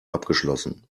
abgeschlossen